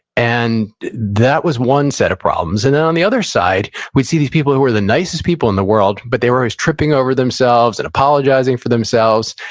and that was one set of problems. and then, on the other side, we'd see these people who were the nicest people in the world, but they were always tripping over themselves, and apologizing for themselves.